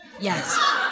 Yes